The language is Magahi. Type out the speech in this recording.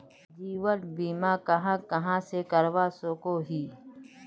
जीवन बीमा कहाँ कहाँ से करवा सकोहो ही?